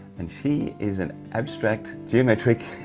and she is an abstract, geometric,